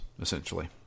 essentially